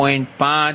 5 0